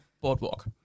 boardwalk